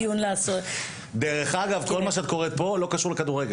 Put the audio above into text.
דרך אגב, כל מה שאת קוראת פה לא קשור לכדורגל,